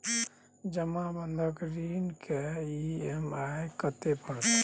जमा बंधक ऋण के ई.एम.आई कत्ते परतै?